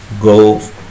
go